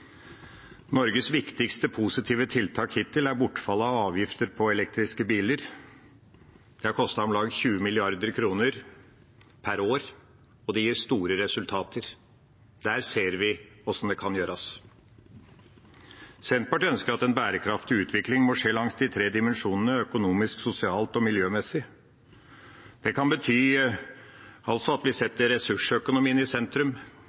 Norges viktigste positive tiltak hittil er bortfall av avgifter på elektriske biler. Det har kostet om lag 20 mrd. kr per år, og det gir store resultater. Der ser vi hvordan det kan gjøres. Senterpartiet ønsker at en bærekraftig utvikling må skje langs de tre dimensjonene økonomisk, sosialt og miljømessig. Det kan bety at vi setter ressursøkonomien i sentrum,